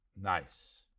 Nice